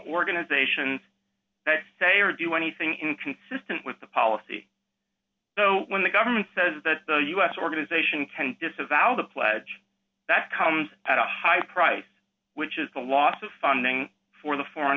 organizations that say or do anything inconsistent with the policy so when the government says that the u s organization can disavow the pledge that comes at a high price which is the loss of funding for the foreign